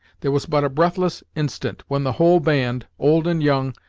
there was but a breathless instant, when the whole band, old and young,